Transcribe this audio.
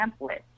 template